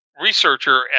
researcher